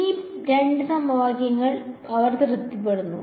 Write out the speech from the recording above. ഈ രണ്ട് സമവാക്യങ്ങളും അവർ തൃപ്തിപ്പെടുത്തുന്നു